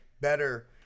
better